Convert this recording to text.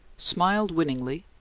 smiled winningly,